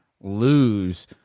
lose